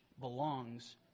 belongs